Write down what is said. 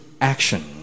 action